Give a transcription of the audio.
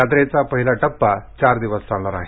यात्रेचा पहिला टप्पा चार दिवस चालणार आहे